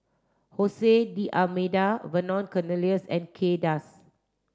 Jose D'almeida Vernon Cornelius and Kay Das